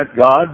God